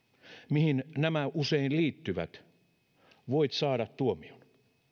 mihin nämä usein liittyvät ja kritisoit sitä voit saada tuomion